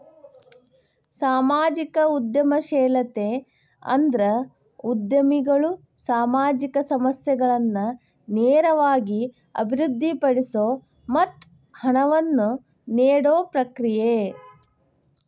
ಸಾಮಾಜಿಕ ಉದ್ಯಮಶೇಲತೆ ಅಂದ್ರ ಉದ್ಯಮಿಗಳು ಸಾಮಾಜಿಕ ಸಮಸ್ಯೆಗಳನ್ನ ನೇರವಾಗಿ ಅಭಿವೃದ್ಧಿಪಡಿಸೊ ಮತ್ತ ಹಣವನ್ನ ನೇಡೊ ಪ್ರಕ್ರಿಯೆ